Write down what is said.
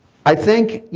i think, you